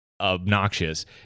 obnoxious